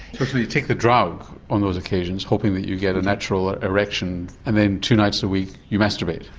you take the drug on those occasions hoping that you get a natural ah erection and then two nights a week you masturbate?